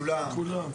כולם.